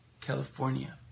California